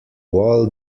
wall